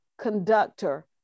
conductor